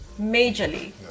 Majorly